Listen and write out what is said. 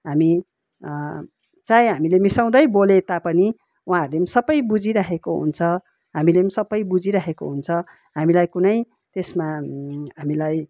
हामी चाहे हामीले मिसाउँदै बोले तापनि वहाँहरूले पनि सबै बुझिरहेको हुन्छ हामीले पनि सबै बुझिरहेको हुन्छ हामीलाई कुनै त्यसमा हामीलाई